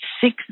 six